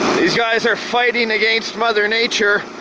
these guys are fighting against mother nature,